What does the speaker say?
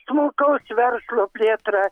smulkaus verslo plėtrą